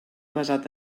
basat